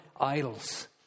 idols